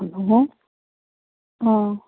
hello ꯑꯥ